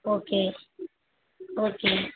okay okay